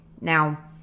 Now